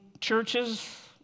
churches